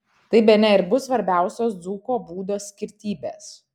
tai bene ir bus svarbiausios dzūko būdo skirtybės